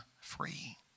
free